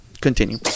continue